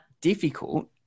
difficult